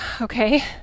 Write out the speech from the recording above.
okay